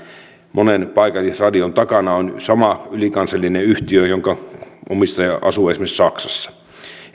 monen paikallisradion takana on sama ylikansallinen yhtiö jonka omistaja asuu esimerkiksi saksassa